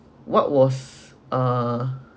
what was uh